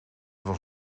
was